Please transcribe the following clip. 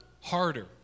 harder